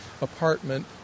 apartment